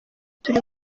turi